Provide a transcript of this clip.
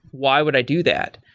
why would i do that?